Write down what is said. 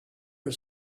was